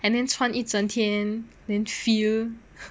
and then 穿一整天 then feel